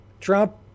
Trump